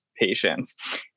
Patients